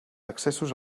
accessos